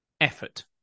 effort